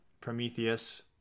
Prometheus